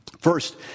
First